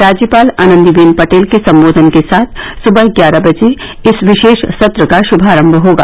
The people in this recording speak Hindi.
राज्यपाल आनंदीबेन पटेल के संबोधन के साथ सुबह ग्यारह बजे इस विशेष सत्र का ि् भारंभ होगा